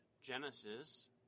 Genesis